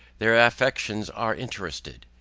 their affections are interested.